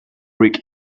bring